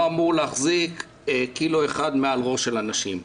אמור להחזיק קילו אחד מעל ראש של אנשים.